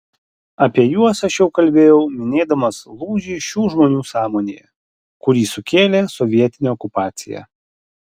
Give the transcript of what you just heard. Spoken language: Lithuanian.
apie juos aš jau kalbėjau minėdamas lūžį šių žmonių sąmonėje kurį sukėlė sovietinė okupacija